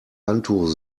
handtuch